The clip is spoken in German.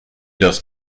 das